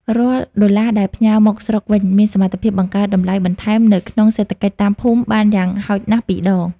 រាល់ដុល្លារដែលផ្ញើមកស្រុកវិញ មានសមត្ថភាពបង្កើតតម្លៃបន្ថែមនៅក្នុងសេដ្ឋកិច្ចតាមភូមិបានយ៉ាងហោចណាស់ពីរដង។